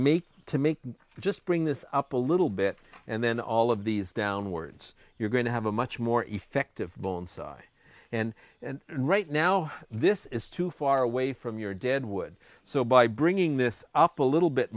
make to make just bring this up a little bit and then all of these downwards you're going to have a much more effective bonsai and right now this is too far away from your dead wood so by bringing this up a little bit